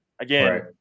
again